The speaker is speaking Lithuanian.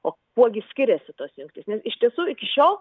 o kuo gi skiriasi tos jungtys nes iš tiesų iki šiol